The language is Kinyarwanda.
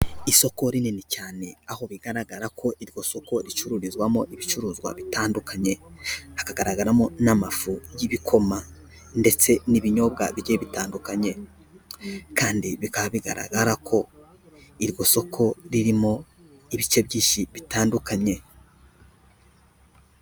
Isoko rinini cyane aho bigaragara ko iryo soko ricururizwamo ibicuruzwa bitandukanye, hakagaragaramo n'amafu y'ibikoma ndetse n'ibinyobwa bigiye bitandukanye kandi bikaba bigaragara ko iryo soko ririmo ibice byinshi bitandukanye.